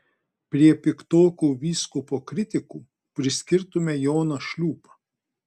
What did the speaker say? prie piktokų vyskupo kritikų priskirtume joną šliūpą